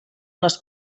les